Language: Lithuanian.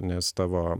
nes tavo